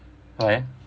why